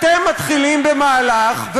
אתם מתחילים במהלך,